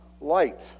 light